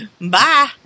Bye